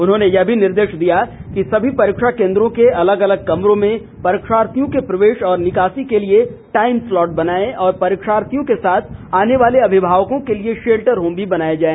उन्होंने यह भी निर्देश दिया कि सभी परीक्षा केंद्रों के अलग अलग कमरों में परीक्षार्थियों के प्रवेश और निकासी के लिए टाइम स्लॉट बनाएं और परीक्षार्थियों के साथ आनेवाले अभिभावकों के लिए शेल्टर होम भी बनाया जाए